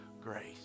grace